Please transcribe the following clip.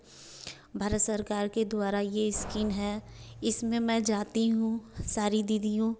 भारत सरकार के द्वारा यह स्कीन है इसमें मैं जाती हूँ सारी दीदियों